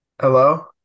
Hello